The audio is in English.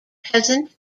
peasant